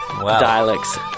dialects